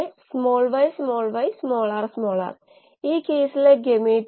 അതായത്സാധാരണയായി വ്യവസായത്തിൽ സ്കെയിൽ അപ്പിനായി തിരഞ്ഞെടുക്കുന്ന പാരാമീറ്ററുകൾ